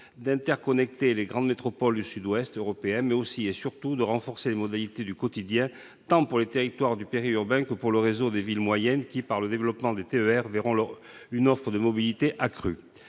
d'interconnecter les grandes métropoles du Sud-Ouest européen, mais aussi, et surtout de renforcer les modalités du quotidien pour les territoires périurbains comme pour le réseau des villes moyennes, qui, par le développement des TER, verront une offre de mobilité accrue.